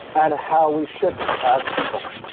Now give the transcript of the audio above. and how we should be as people,